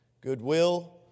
goodwill